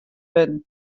wurden